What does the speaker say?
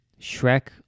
Shrek